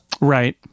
right